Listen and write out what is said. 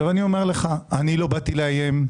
אני לא באתי לאיים,